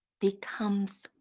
becomes